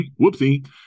whoopsie